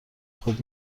خود